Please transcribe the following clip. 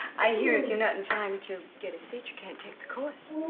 i hear if you're not in time to get a seat you can't take the course